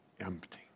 empty